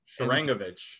Sharangovich